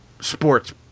sports